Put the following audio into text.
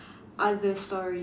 other story